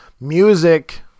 Music